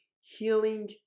healing